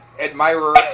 admirer